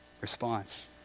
response